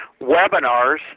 webinars